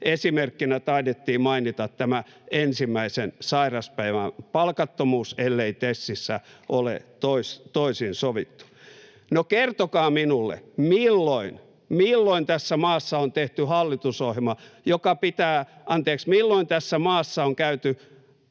Esimerkkinä taidettiin mainita tämä ensimmäisen sairauspäivän palkattomuus, ellei TESissä ole toisin sovittu. No kertokaa minulle, milloin tässä maassa on käyty eduskuntavaalikampanjoita, joissa on